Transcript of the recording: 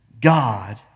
God